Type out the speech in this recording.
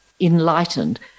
enlightened